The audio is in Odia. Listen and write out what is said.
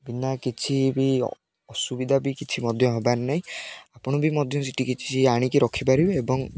ବିନା କିଛି ବି ଅସୁବିଧା ବି କିଛି ମଧ୍ୟ ହବାର ନାହିଁ ଆପଣ ବି ମଧ୍ୟ ସେଠି କିଛି ଆଣିକି ରଖିପାରିବେ ଏବଂ